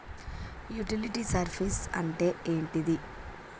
Utility service అంటే ఏంటిది?